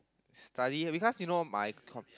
study because you know my com~